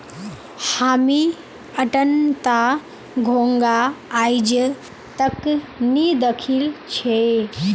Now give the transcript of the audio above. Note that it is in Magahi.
हामी अट्टनता घोंघा आइज तक नी दखिल छि